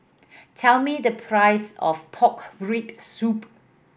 tell me the price of pork rib soup